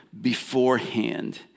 beforehand